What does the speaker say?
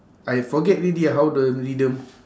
I forget already how the rhythm